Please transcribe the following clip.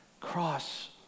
Cross